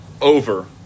over